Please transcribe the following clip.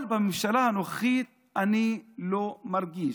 אבל בממשלה הנוכחית אני לא מרגיש.